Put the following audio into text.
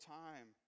time